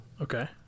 Okay